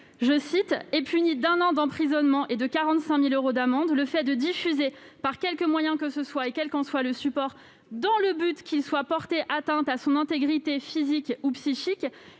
:« Est puni d'un an d'emprisonnement et de 45 000 euros d'amende le fait de diffuser, par quelque moyen que ce soit et quel qu'en soit le support, dans le but qu'il soit porté atteinte à son intégrité physique ou psychique,